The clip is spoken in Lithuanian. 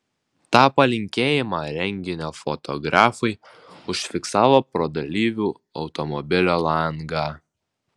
tą palinkėjimą renginio fotografai užfiksavo pro dalyvių automobilio langą